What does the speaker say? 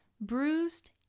bruised